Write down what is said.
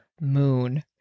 moon